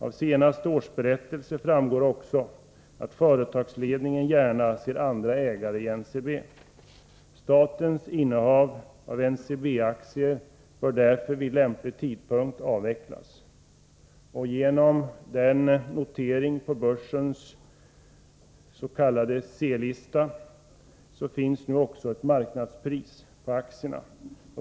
Av den senaste årsberättelsen framgår också att företagsledningen gärna ser andra ägare i NCB. Statens innehav av NCB-aktier bör därför vid lämplig tidpunkt avvecklas. Genom noteringen på börsens s.k. C-lista finns nu också ett marknadspris på aktierna.